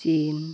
chin